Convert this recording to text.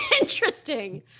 Interesting